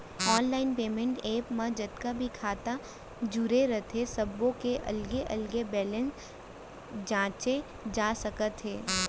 online payment app म जतका भी खाता जुरे रथे सब्बो के अलगे अलगे बेलेंस जांचे जा सकत हे